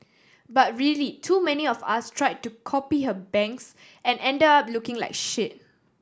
but really too many of us try to copy her bangs and end up looking like shit